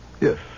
Yes